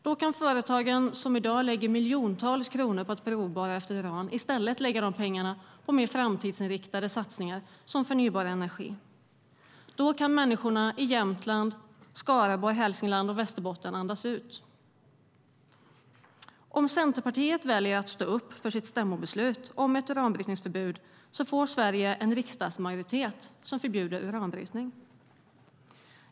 Då kan de företag som i dag lägger miljontals kronor på att provborra efter uran i stället lägga dessa pengar på mer framtidsinriktade satsningar som förnybar energi. Då kan människorna i Jämtland, Skaraborg, Hälsingland och Västerbotten andas ut. Om Centerpartiet väljer att stå upp för sitt stämmobeslut om ett uranbrytningsförbud får Sverige en riksdagsmajoritet som förbjuder uranbrytning.